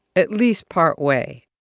at least partway